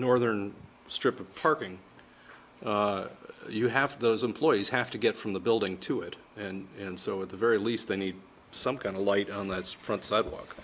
northern strip of parking you have those employees have to get from the building to it and so at the very least they need some going to light on that front sidewalk